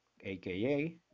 aka